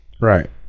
right